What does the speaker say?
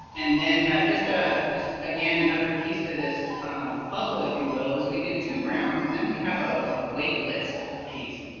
and then just ah just again, another piece to this puzzle if you will, is we do two rounds and then we have a wait list piece.